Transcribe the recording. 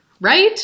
Right